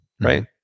right